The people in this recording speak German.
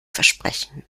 versprechen